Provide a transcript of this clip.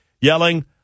yelling